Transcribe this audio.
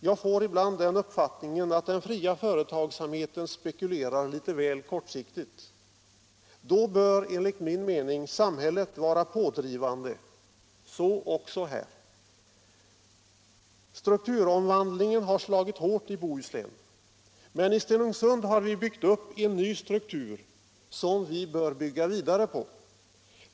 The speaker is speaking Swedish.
Jag får ibland den uppfattningen att den fria företagsamheten spekulerar litet väl kortsiktigt. Då bör enligt min mening samhället vara pådrivande, så också här. Strukturomvandlingen har slagit hårt i Bohuslän, men i Stenungsund har vi byggt upp en ny struktur, som vi bör bygga vidare på.